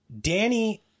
Danny